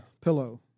pillow